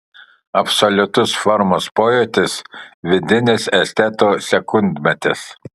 absoliutus formos pojūtis vidinis esteto sekundmatis